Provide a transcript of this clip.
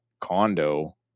condo